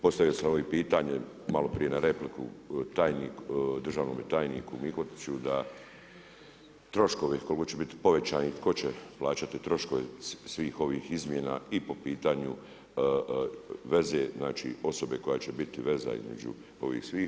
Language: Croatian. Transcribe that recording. Postavio sam ovo i pitanje malo prije na repliku državnome tajniku Mihotiću da troškovi koliko će biti povećani i tko će plaćati troškove svih ovih izmjena i po pitanju veze, znači osoba koja će biti veza između ovih svih.